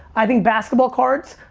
i think basketball cards,